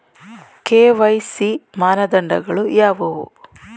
KYC ಮಾನದಂಡಗಳು ಯಾವುವು?